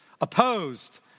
opposed